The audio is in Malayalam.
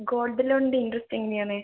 ഗോൾഡ് ലോണിൻ്റെ ഇൻട്രെസ്റ്റ് എങ്ങനെയാണ്